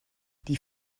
die